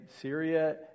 Syria